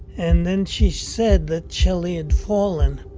and then she said that shelly had fallen